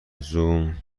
زوم